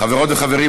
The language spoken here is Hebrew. חברות וחברים,